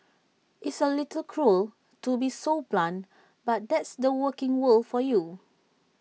it's A little cruel to be so blunt but that's the working world for you